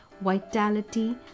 vitality